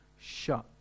shut